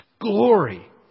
glory